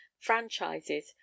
franchises